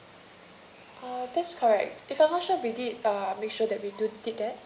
uh this correct if a function we did uh make sure that we do ticket